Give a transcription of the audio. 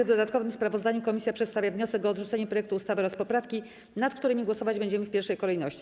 W dodatkowym sprawozdaniu komisja przedstawia wniosek o odrzucenie projektu ustawy oraz poprawki, nad którymi głosować będziemy w pierwszej kolejności.